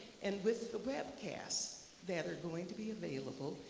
and with the webcasts that are going to be available,